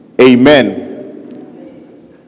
amen